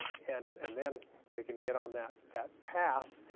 and and then they can get on that that path,